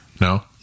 No